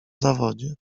zawodzie